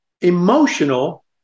emotional